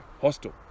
hostel